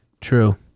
True